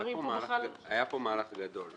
והמספרים בכלל --- היה פה מהלך גדול,